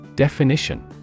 Definition